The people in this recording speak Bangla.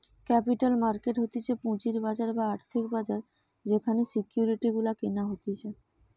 ক্যাপিটাল মার্কেট হতিছে পুঁজির বাজার বা আর্থিক বাজার যেখানে সিকিউরিটি গুলা কেনা হতিছে